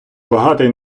багатий